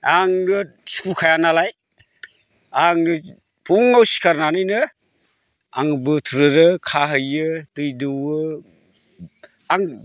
आनो सुखुखायानालाय आङो फुङाव सिखारनानैनो आं बोथ्रोदो खाहैयो दै दौवो आं